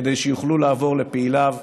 כדי שיוכלו לעבור לפעיליו.